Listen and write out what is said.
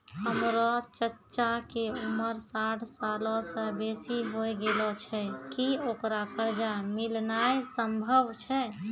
हमरो चच्चा के उमर साठ सालो से बेसी होय गेलो छै, कि ओकरा कर्जा मिलनाय सम्भव छै?